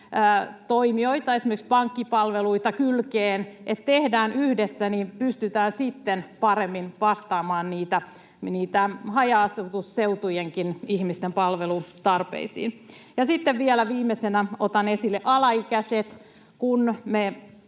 toimijoita, esimerkiksi pankkipalveluita. Eli tehdään yhdessä, niin pystytään sitten paremmin vastaamaan haja-asutusseutujenkin ihmisten palvelutarpeisiin. Sitten vielä viimeisenä otan esille alaikäiset. Kun me